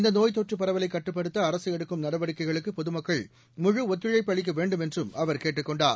இந்த நோய்த் தொற்று பரவலைக் கட்டுப்படுத்த அரசு எடுக்கும் நடவடிக்கைகளுக்கு பொதுமக்கள் முழுஒத்துழைப்பு அளிக்க வேண்டுமென்றும் அவர் கேட்டுக் கொண்டார்